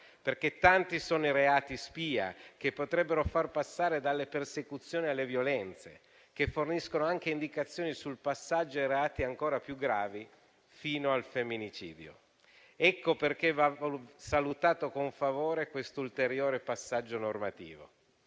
sono infatti i reati spia che potrebbero far passare dalle persecuzioni alle violenze e che forniscono anche indicazioni sul passaggio a reati ancora più gravi, fino al femminicidio. Ecco perché va salutato con favore questo ulteriore passaggio normativo.